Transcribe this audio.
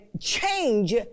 change